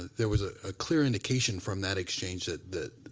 there was a clear indication from that exchange that the